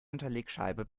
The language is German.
unterlegscheibe